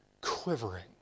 quivering